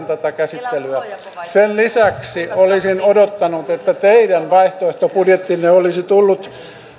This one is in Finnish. tätä käsittelyä sen lisäksi olisin odottanut että teidän vaihtoehtobudjettinne olisi tullut